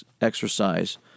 exercise